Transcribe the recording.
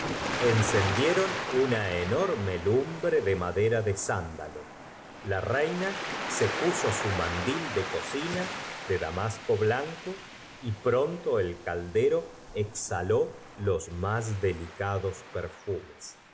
encendieron una enorme lumbre do madera de sándalo la reina so puso su mandil de cocina de damasco blanco y pronto el caldero exhaló los mú delicados perfumes